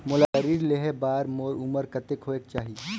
मोला ऋण लेहे बार मोर उमर कतेक होवेक चाही?